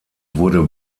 wurde